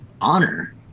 Honor